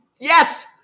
Yes